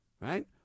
Right